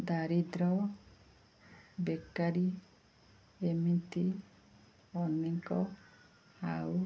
ଦାରିଦ୍ର୍ୟ ବେକାରୀ ଏମିତି ଅନେକ ଆଉ